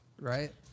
Right